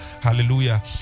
hallelujah